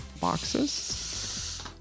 boxes